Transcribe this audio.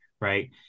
Right